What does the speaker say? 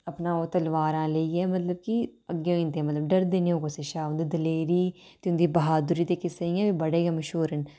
अपना ओह् तलवारां लेइयै मतलब कि अग्गें होई जंदे मतलब डरदे निं ओह् कुसै शा उंदी दलेरी ते उं'दी ब्हादरी दे किस्से इ'यां बी बड़े गै मश्हूर न